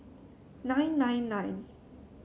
nine nine nine